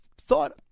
thought